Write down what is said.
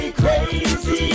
crazy